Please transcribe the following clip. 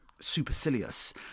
supercilious